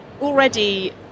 already